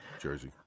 Jersey